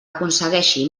aconsegueixi